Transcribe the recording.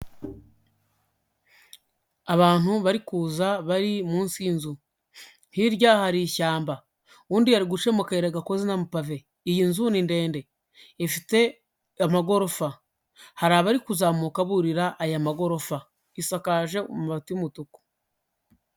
Abantu bari kuza bari munsi y'inzu, hirya hari ishyamba, undi ari guca mu kayira gakozwe n'amapave. Iyi nzu ni ndende ifite amagorofa, hari abari kuzamuka burira aya magorofa, isakaje amabati y'umutuku.